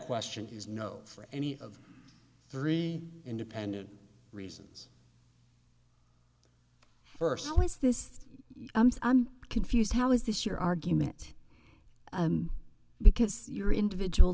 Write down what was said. question is no for any of three independent reasons first this confused how is this your argument because your individual